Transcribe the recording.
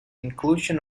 inclusion